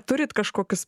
turit kažkokius